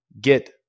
get